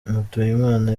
mutuyimana